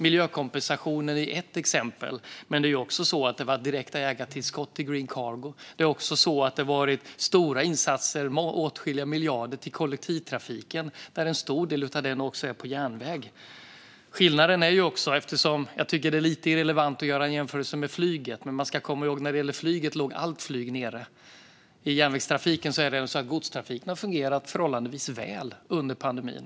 Miljökompensationen är ett exempel, men det har även skett direkta ägartillskott till Green Cargo. Det har också gjorts stora insatser med åtskilliga miljarder till kollektivtrafiken, varav en stor del sker på järnväg. Jag tycker att det är lite irrelevant att göra en jämförelse med flyget. Man ska komma ihåg att allt flyg låg nere. När det gäller järnvägstrafiken har godstrafiken fungerat förhållandevis väl under pandemin.